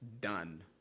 done